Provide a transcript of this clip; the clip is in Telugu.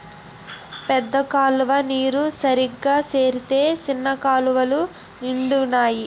పెద్ద కాలువ నీరు సరిగా సేరితే సిన్న కాలువలు నిండునా